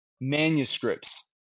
manuscripts